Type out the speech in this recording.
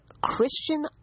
Christian